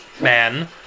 man